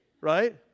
right